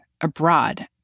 abroad